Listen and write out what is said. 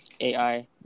AI